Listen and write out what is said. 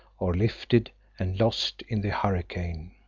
or lifted and lost in the hurricane.